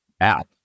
app